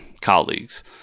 colleagues